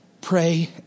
pray